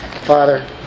Father